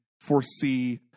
foresee